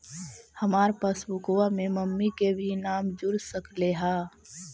हमार पासबुकवा में मम्मी के भी नाम जुर सकलेहा?